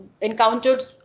encountered